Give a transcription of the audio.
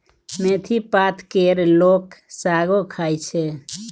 मेथी पात केर लोक सागो खाइ छै